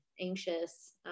anxious